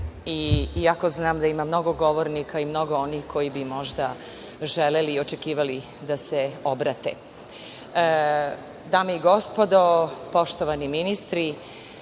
iako znam da ima mnogo govornika i mnogo onih koji bi možda želeli i očekivali da se obrate. Dame i gospodo, poštovani ministri,